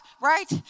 right